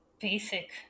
basic